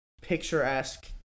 picturesque